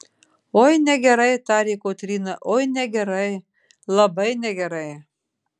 oi negerai tarė kotryna oi negerai labai negerai